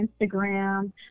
Instagram